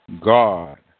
God